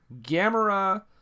Gamera